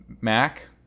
MAC